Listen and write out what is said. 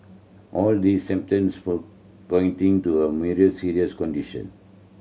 all these symptoms pointing to a serious condition